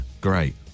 great